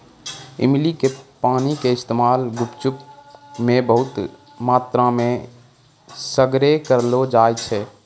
इमली के पानी के इस्तेमाल गुपचुप मे बहुते मात्रामे सगरे करलो जाय छै